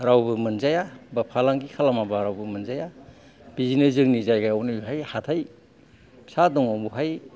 रावबो मोनजाया बा फालांगि खालामाबा रावबो मोनजाया बेदिनो जोंनि जायगायावनो हाथाय फिसा दङ बावहाय